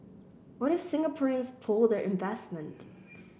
what if Singaporeans pull their investment